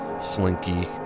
slinky